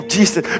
Jesus